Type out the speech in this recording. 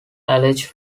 alleged